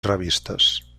revistes